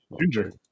ginger